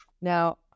Now